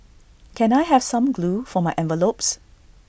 can I have some glue for my envelopes